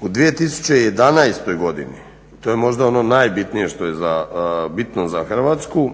U 2011.godini to je možda ono najbitnije što je bitno za Hrvatske,